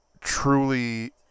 truly